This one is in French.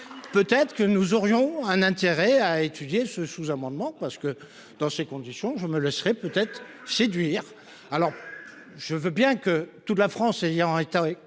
Peut-être que nous aurions un intérêt à étudier ce sous-amendement parce que dans ces conditions je me laisserai peut-être séduire alors. Je veux bien que toute la France ayant étant